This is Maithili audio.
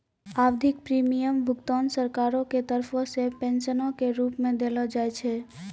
आवधिक प्रीमियम भुगतान सरकारो के तरफो से पेंशनो के रुप मे देलो जाय छै